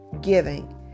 giving